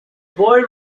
boy